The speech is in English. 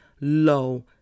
low